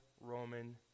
Roman